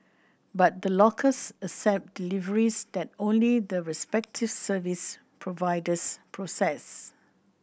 but the lockers accept deliveries that only the respective service providers process